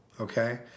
Okay